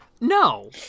no